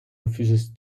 refuses